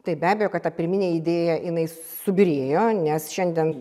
tai be abejo kad ta pirminė idėja jinai subyrėjo nes šiandien